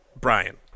Brian